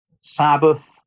Sabbath